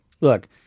look